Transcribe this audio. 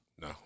No